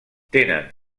tenen